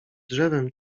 drzewem